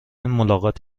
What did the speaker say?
ملاقات